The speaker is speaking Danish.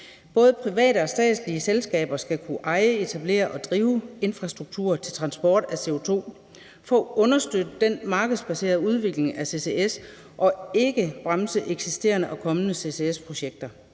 Både private og statslige selskaber skal kunne eje, etablere og drive infrastruktur til transport af CO2 for at understøtte den markedsbaserede udvikling af ccs og ikke bremse eksisterende og kommende ccs-projekter.